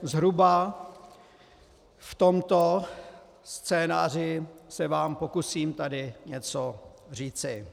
Zhruba v tomto scénáři se vám pokusím tady něco říci.